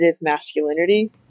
masculinity